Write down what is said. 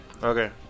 Okay